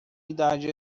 idade